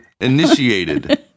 initiated